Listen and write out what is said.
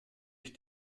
ich